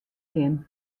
kin